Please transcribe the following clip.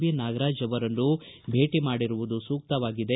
B Nagaraj ಅವರನ್ನು ಭೇಟ ಮಾಡಿರುವುದು ಸೂಕ್ತವಾಗಿದೆ